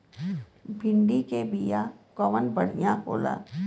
भिंडी के बिया कवन बढ़ियां होला?